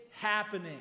happening